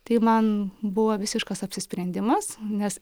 tai man buvo visiškas apsisprendimas nes